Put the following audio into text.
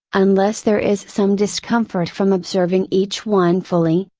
unless there is some discomfort from observing each one fully,